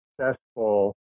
successful